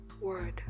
word